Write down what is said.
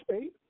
eight